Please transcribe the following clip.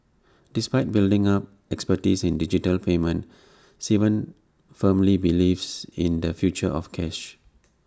despite building up expertise in digital payments Sivan firmly believes in the future of cash